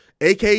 AK